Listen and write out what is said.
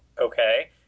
Okay